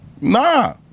Nah